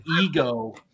ego –